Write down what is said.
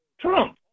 Trump